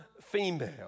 female